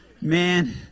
man